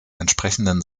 entsprechenden